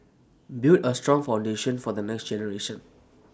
build A strong foundation for the next generation